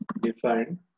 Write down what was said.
defined